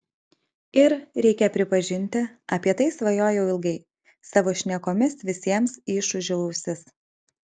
ir reikia pripažinti apie tai svajojau ilgai savo šnekomis visiems išūžiau ausis